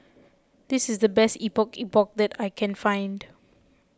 this is the best Epok Epok that I can find